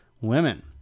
women